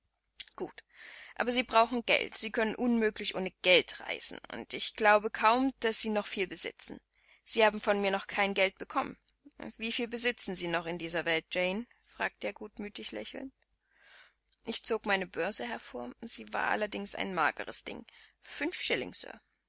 gut aber sie brauchen geld sie kennen unmöglich ohne geld reisen und ich glaube kaum daß sie noch viel besitzen sie haben von mir noch kein gehalt bekommen wieviel besitzen sie noch in dieser welt jane fragte er gutmütig lächelnd ich zog meine börse hervor sie war allerdings ein mageres ding